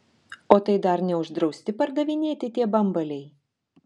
o tai dar neuždrausti pardavinėti tie bambaliai